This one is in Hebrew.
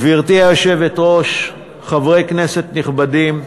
גברתי היושבת-ראש, חברי כנסת נכבדים,